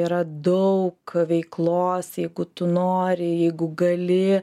yra daug veiklos jeigu tu nori jeigu gali